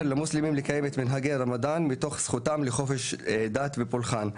למוסלמים לקיים את מנהגי הרמדאן מתוך זכותם לחופש דת ופולחן.